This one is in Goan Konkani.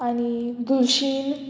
आनी दुलशीन